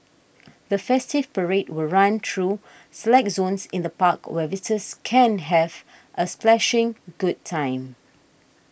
the festival parade will run through select zones in the park where visitors can have a splashing good time